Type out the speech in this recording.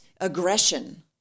aggression